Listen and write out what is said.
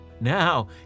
now